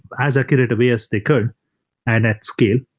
as accurate a way as they could and at scale.